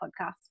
podcast